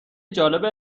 جالب